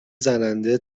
زننده